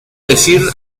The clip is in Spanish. decir